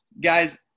Guys